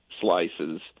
slices